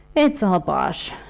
it's all bosh,